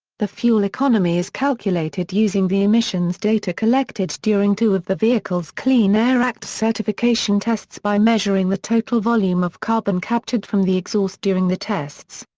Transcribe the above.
the fuel economy is calculated using the emissions data collected during two of the vehicle's clean air act certification tests by measuring the total volume of carbon captured from the exhaust during the tests.